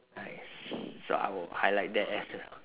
oh nice so I will highlight that as a